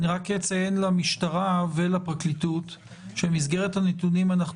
אציין רק למשטרה ולפרקליטות שבמסגרת הנתונים אנחנו